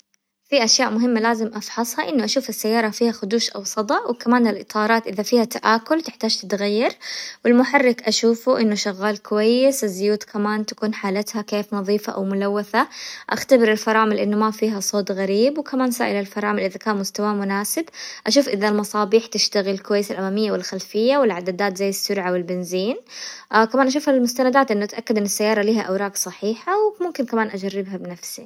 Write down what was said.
في اشياء مهمة لازم افحصها، انه اشوف السيارة فيها خدوش او صدى، وكمان الاطارات اذا فيها تآكل تحتاج تتغير، والمحرك اشوفه انه شغال كويس، الزيوت كمان تكون حالتها كيف نظيفة او ملوثة، اختبر الفرامل انه ما فيها صوت غريب، وكمان سائل الفرامل اذا كان مستواه مناسب، اشوف اذا المصابيح تشتغل كويس الامامية والخلفية، والعدادات زي السرعة والبنزين، كمان اشوف المستندات انه اتأكد ان السيارة لها اوراق صحيحة، وممكن كمان اجربها بنفسي.